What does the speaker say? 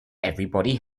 everybody